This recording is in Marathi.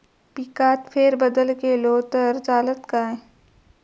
पिकात फेरबदल केलो तर चालत काय?